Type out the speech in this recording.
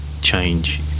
change